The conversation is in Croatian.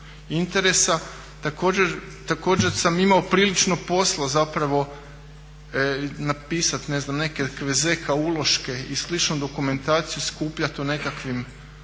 interesa. Također sam imao prilično posla zapravo napisati ne znam nekakve Z.K. uloške i slično dokumentaciju skupljati o nekakvoj